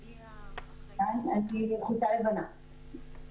ומי שעולה במקומו זה האשראי החוץ-בנקאי והאשראי של המוסדיים.